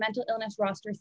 mental illness roster